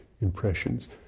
impressions